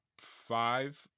five